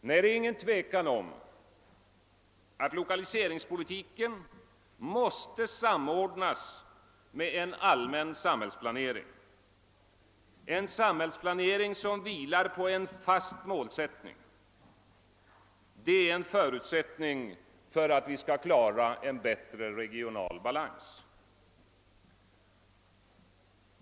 Nej, det råder inget tvivel om att lokaliseringspolitiken måste samordnas med en allmän samhällsplanering som vilar på en fast målsättning. Detta är en förutsättning för att vi skall klara en bättre regional balans.